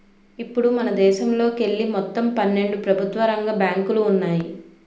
ఇప్పుడు మనదేశంలోకెళ్ళి మొత్తం పన్నెండు ప్రభుత్వ రంగ బ్యాంకులు ఉన్నాయి